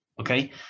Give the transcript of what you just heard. okay